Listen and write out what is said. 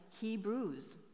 Hebrews